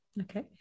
Okay